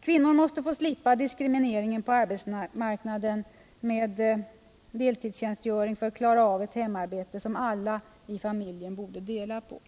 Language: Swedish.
Kvinnor måste få slippa diskrimineringen på arbetsmarknaden med deltidstjänstgöring för att klara av ett hemarbete som alla i familjen borde dela på.